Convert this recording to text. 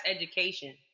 education